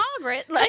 Margaret